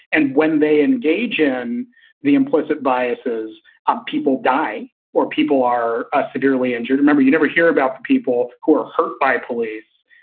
and when they engage in the implicit biases of people die or people are ah severely injured, remember, you never hear about the people who are hurt by police,